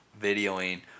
videoing